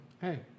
hey